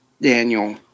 Daniel